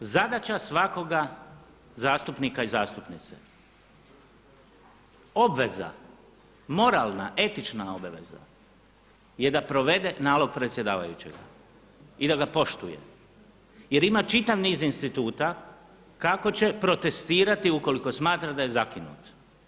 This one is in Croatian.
S druge strane, zadaća svakoga zastupnika i zastupnice, obveza moralna, etična obaveza je da provede nalog predsjedavajućega i da ga poštuje jer ima čitav niz instituta kako će protestirati ukoliko smatra da je zakinut.